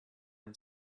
and